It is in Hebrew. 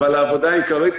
אבל העבודה העיקרית,